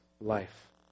life